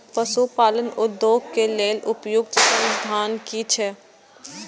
पशु पालन उद्योग के लेल उपयुक्त संसाधन की छै?